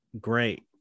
great